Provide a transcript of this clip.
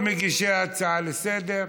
מגישי ההצעה לסדר-היום.